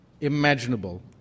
imaginable